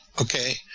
okay